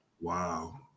Wow